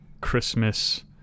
Christmas